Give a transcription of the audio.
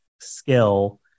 skill